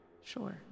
Sure